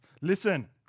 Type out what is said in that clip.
Listen